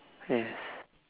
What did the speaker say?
yes